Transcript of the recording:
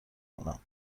کنم